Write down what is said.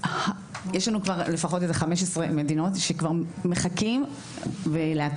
יש לנו כבר לפחות 15 מדינות שכבר מחכים ולהעתיק.